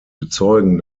bezeugen